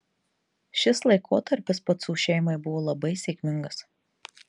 šis laikotarpis pacų šeimai buvo labai sėkmingas